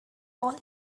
all